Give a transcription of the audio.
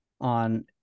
on